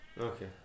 Okay